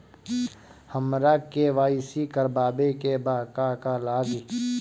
हमरा के.वाइ.सी करबाबे के बा का का लागि?